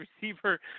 receiver